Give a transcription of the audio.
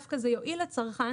דווקא זה יועיל לצרכן.